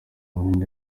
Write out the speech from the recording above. buhinde